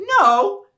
no